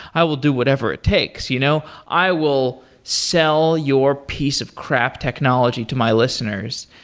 i will do whatever it takes. you know i will sell your piece of crap technology to my listeners.